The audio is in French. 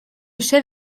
chef